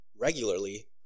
regularly